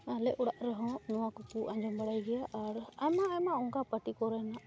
ᱟᱞᱮ ᱚᱲᱟᱜ ᱨᱮᱦᱚᱸ ᱱᱚᱣᱟ ᱠᱚᱠᱚ ᱟᱸᱡᱚᱢ ᱵᱟᱲᱟᱭ ᱜᱮᱭᱟ ᱟᱨ ᱟᱭᱢᱟ ᱟᱭᱢᱟ ᱚᱱᱠᱟ ᱯᱟᱨᱴᱤ ᱠᱚᱨᱮᱱᱟᱜ